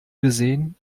gesehen